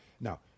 Now